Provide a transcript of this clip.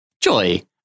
Joy